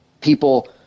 people